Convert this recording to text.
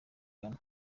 ghana